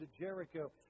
Jericho